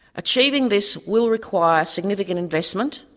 achieving this will require significant investment